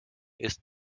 ist